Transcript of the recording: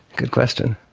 good question.